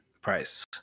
price